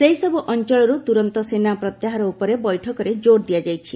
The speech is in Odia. ସେହିସବୁ ଅଞ୍ଚଳରୁ ତୁରନ୍ତ ସେନା ପ୍ରତ୍ୟାହାର ଉପରେ ବୈଠକରେ କୋର୍ ଦିଆଯାଇଛି